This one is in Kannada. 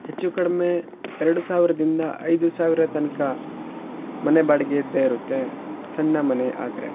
ಹೆಚ್ಚು ಕಡಿಮೆ ಎರಡು ಸಾವಿರದಿಂದ ಐದು ಸಾವಿರ ತನಕ ಮನೆ ಬಾಡಿಗೆ ಇದ್ದೇ ಇರುತ್ತೆ ಸಣ್ಣ ಮನೆ ಆದರೆ